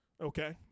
Okay